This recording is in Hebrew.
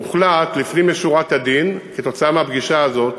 הוחלט, לפנים משורת הדין, כתוצאה מהפגישה הזאת,